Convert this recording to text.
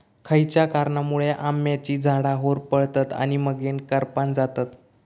खयच्या कारणांमुळे आम्याची झाडा होरपळतत आणि मगेन करपान जातत?